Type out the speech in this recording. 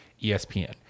ESPN